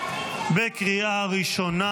בקריאה הראשונה.